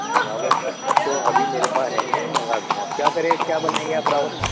راوس تو ابھی میرے پاس ہے ہی نہیں منگا دوں گا کیا کریں کیا بنائیں گے آپ راوس کا